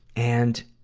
and